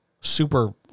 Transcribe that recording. super